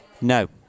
No